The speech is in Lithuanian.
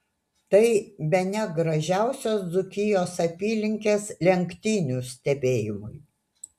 tai bene gražiausios dzūkijos apylinkės lenktynių stebėjimui